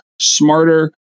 smarter